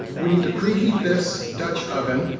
we need to preheat this dutch oven.